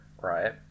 right